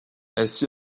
ainsi